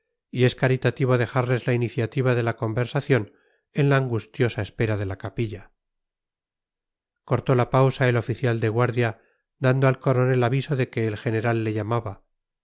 y es caritativo dejarles la iniciativa de la conversación en la angustiosa espera de la capilla cortó la pausa el oficial de guardia dando al coronel aviso de que el general le llamaba